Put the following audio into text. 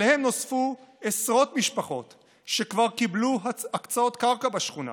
עליהם נוספו עשרות משפחות שכבר קיבלו הקצאות קרקע בשכונה,